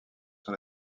sur